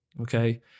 okay